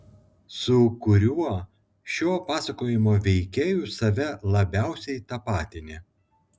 su kuriuo šio pasakojimo veikėju save labiausiai tapatini